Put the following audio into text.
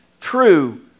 True